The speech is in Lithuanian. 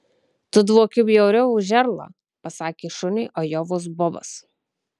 tu dvoki bjauriau už erlą pasakė šuniui ajovos bobas